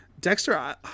Dexter